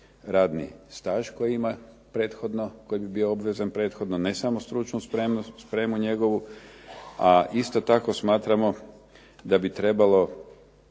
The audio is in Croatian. prethodno koji bi bio obvezan prethodno, ne samo stručnu spremu njegovu a isto tako smatramo da bi trebalo